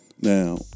now